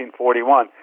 1941